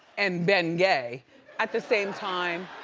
and bengay at the same time.